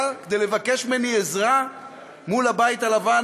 כדי לבקש ממני עזרה מול הבית הלבן,